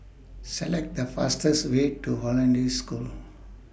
Select The fastest Way to Hollandse School